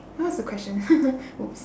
what was the question !oops!